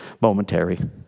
momentary